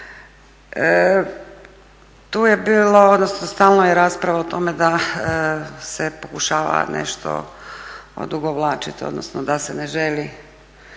Tu je bilo odnosno stalno je rasprava o tome da se pokušava nešto odugovlačit, odnosno da se ne želi